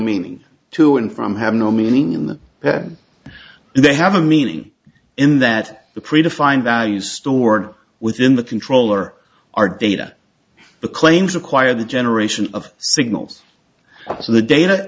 meaning to and from have no meaning in that they have a meaning in that the predefined value stored within the controller are data the claims require the generation of signals the data